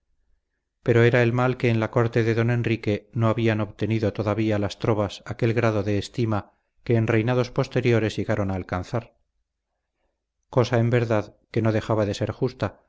pero era el mal que en la corte de don enrique no habían obtenido todavía las trovas aquel grado de estima que en reinados posteriores llegaron a alcanzar cosa en verdad que no dejaba de ser justa